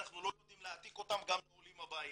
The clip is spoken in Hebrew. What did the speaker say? אנחנו לא יודעים להעתיק אותם גם לעולים הבאים.